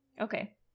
Okay